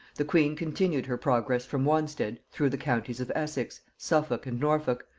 the queen continued her progress from wanstead through the counties of essex, suffolk and norfolk,